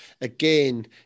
again